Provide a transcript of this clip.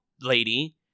lady